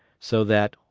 so that,